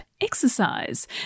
exercise